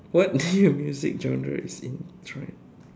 what music genre is in trend